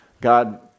God